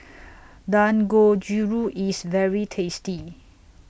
Dangojiru IS very tasty